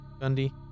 Gundy